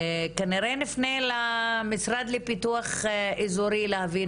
כנראה נפנה למשרד לפיתוח איזורי להבין